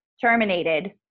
terminated